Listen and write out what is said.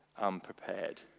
unprepared